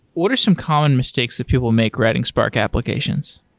what are some common mistakes that people make writing spark applications?